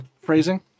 Phrasing